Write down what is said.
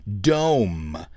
Dome